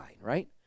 right